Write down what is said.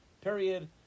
Period